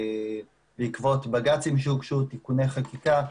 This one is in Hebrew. בעקבות בג"צים שהוגשו ותיקוני חקיקה,